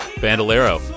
bandolero